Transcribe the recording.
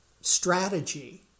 strategy